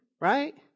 right